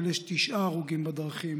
אבל יש תשעה הרוגים בדרכים